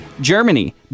Germany